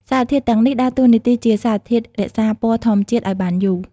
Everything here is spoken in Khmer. សារធាតុទាំងនេះដើរតួនាទីជាសារធាតុរក្សាពណ៌ធម្មជាតិឱ្យបានយូរ។